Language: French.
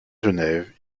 genève